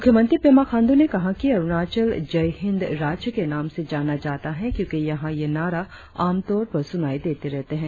मुख्यमंत्री पेमा खाण्डू ने कहा कि अरुणाचल जय हिंद राज्य के नाम से जाना जाता है क्योंकि यहां यह नारा आमतौर पर सुनाई देते रहते है